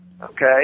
Okay